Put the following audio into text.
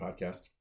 Podcast